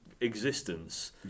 existence